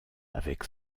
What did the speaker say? avec